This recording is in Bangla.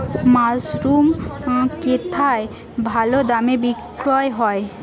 মাসরুম কেথায় ভালোদামে বিক্রয় হয়?